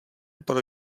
pro